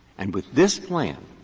and with this plan,